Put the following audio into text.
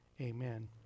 amen